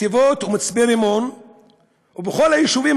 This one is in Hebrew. נתיבות ומצפה-רמון ובכל היישובים